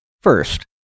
First